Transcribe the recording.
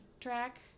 track